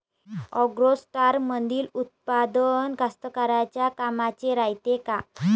ॲग्रोस्टारमंदील उत्पादन कास्तकाराइच्या कामाचे रायते का?